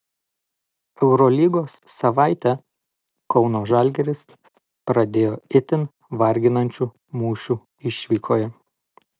eurolygos savaitę kauno žalgiris pradėjo itin varginančiu mūšiu išvykoje